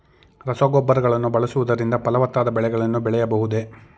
ರಸಗೊಬ್ಬರಗಳನ್ನು ಬಳಸುವುದರಿಂದ ಫಲವತ್ತಾದ ಬೆಳೆಗಳನ್ನು ಬೆಳೆಯಬಹುದೇ?